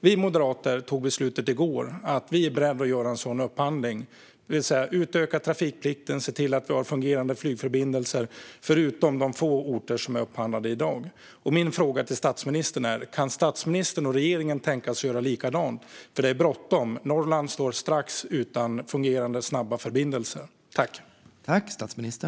Vi moderater fattade beslutet i går att vi är beredda att göra en sådan upphandling, det vill säga att utöka trafikplikten och se till att vi har fungerande flygförbindelser utanför de få orter som i dag är upphandlade. Min fråga till statsministern är om han och regeringen kan tänka sig att göra likadant, för det är bråttom. Norrland står strax utan fungerande snabba förbindelser.